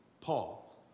Paul